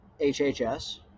HHS